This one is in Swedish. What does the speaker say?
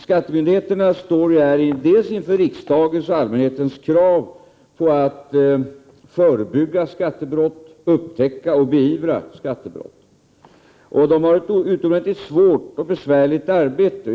Skattemyndigheterna står ju här inför riksdagens och allmänhetens krav på att förebygga skattebrott, att upptäcka och beivra skattebrott. De har ett utomordentligt svårt och besvärligt arbete.